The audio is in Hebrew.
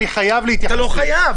אני חייב להתייחס לזה.